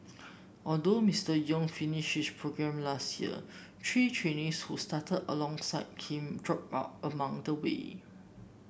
although Mister Yong finished his programme last year three trainees who started alongside him dropped out along the way